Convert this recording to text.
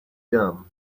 dumb